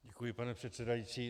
Děkuji, pane předsedající.